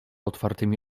otwartymi